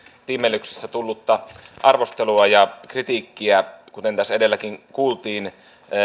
tiimellyksessä tullutta arvostelua ja kritiikkiä kuten tässä edelläkin kuultiin